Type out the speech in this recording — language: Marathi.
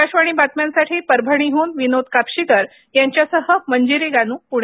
आकाशवाणी बातम्यांसाठी परभणीहून विनोद कापशीकर यांच्यासह मंजिरी गानू पुणे